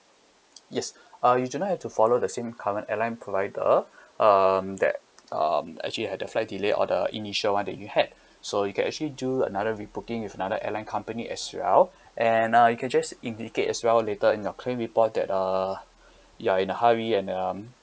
yes uh you do not have to follow the same current airline provider um that um actually had the flight delay or the initial one that you had so you can actually do another rebooking with another airline company as well and uh you can just indicate as well later in your claim report that uh you are in a hurry and um